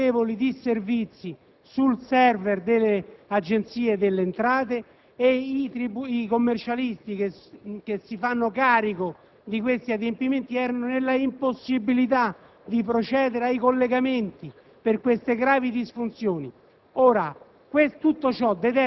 si sono registrati notevoli disservizi sul *server* delle Agenzie delle entrate ed i commercialisti, che si fanno carico di questi adempimenti, erano nell'impossibilità di procedere ai collegamenti per tali gravi disfunzioni.